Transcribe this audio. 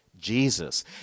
Jesus